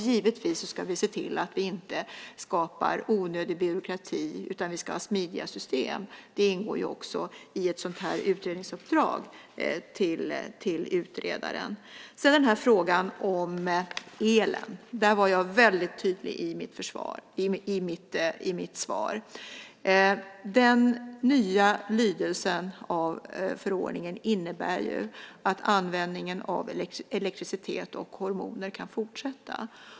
Givetvis ska vi se till att vi inte skapar onödig byråkrati, utan vi ska ha smidiga system. Det ingår också i ett sådant här utredningsuppdrag till utredaren. Sedan har vi frågan om elen. Jag var väldigt tydlig i mitt svar. Den nya lydelsen av förordningen innebär att användningen av elektricitet och hormoner kan fortsätta.